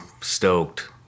stoked